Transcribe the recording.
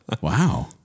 Wow